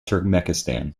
turkmenistan